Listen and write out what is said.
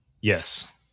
Yes